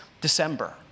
December